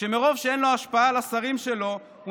שמרוב שאין לו השפעה על השרים שלו הוא